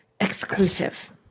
exclusive